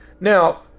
Now